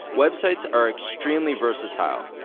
websites are extremely versatile.